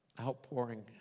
outpouring